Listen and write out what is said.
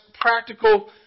practical